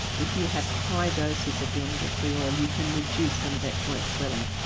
if you have high doses of the omega three oil you can reduce some of that joint swelling.